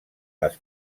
les